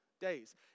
days